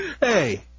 Hey